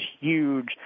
huge